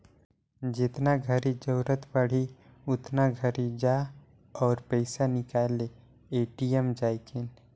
जेतना घरी जरूरत पड़ही ओतना घरी जा अउ पइसा निकाल ले ए.टी.एम जायके